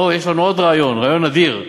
יש לנו עוד רעיון, רעיון אדיר: